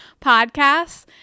podcasts